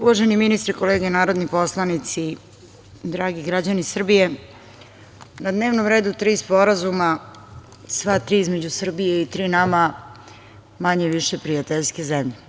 Uvaženi ministre i kolege narodni poslanici, dragi građani Srbije, na dnevnom redu tri sporazuma, sva tri između Srbije i tri nama manje-više prijateljske zemlje.